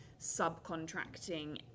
subcontracting